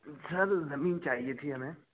سر زمین چاہیے تھی ہمیں